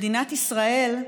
מדינת ישראל,